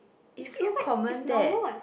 is so common that